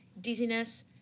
dizziness